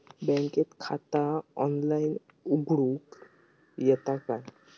बँकेत खाता ऑनलाइन उघडूक येता काय?